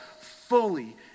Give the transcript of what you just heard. fully